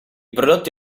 prodotti